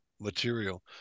material